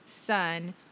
son